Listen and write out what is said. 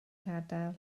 gadael